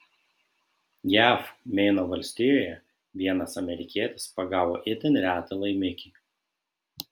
jav meino valstijoje vienas amerikietis pagavo itin retą laimikį